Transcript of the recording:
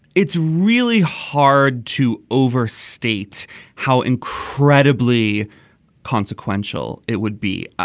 it's really hard to overstate how incredibly consequential it would be.